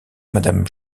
madame